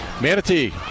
Manatee